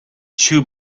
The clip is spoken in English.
two